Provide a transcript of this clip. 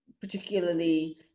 particularly